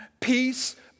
peace